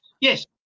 Yes